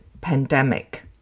pandemic